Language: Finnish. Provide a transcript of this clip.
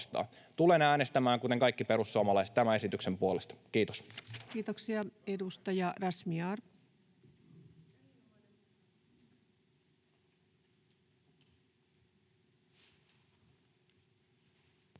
Tulen äänestämään, kuten kaikki perussuomalaiset, tämän esityksen puolesta. — Kiitos. Kiitoksia. — Edustaja Razmyar. Arvoisa